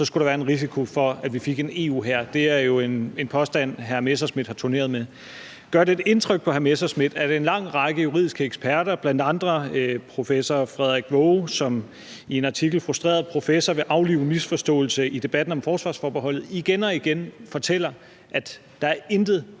er der en risiko for, at vi får en EU-hær. Det er jo en påstand, hr. Morten Messerschmidt har turneret med. Gør det indtryk på hr. Morten Messerschmidt, at en række lang række juridiske eksperter, bl.a. professor Frederik Waage i artiklen »'Frustreret' professor vil aflive misforståelse i debatten om forsvarsforbeholdet«, igen og igen fortæller, at der ikke